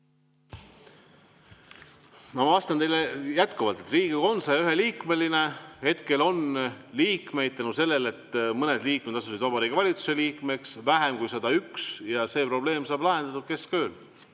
Ma vastan teile jätkuvalt, et Riigikogu on 101‑liikmeline. Hetkel on liikmeid tänu sellele, et mõned liikmed asusid Vabariigi Valitsuse liikmeks, vähem kui 101. See probleem saab lahendatud keskööl.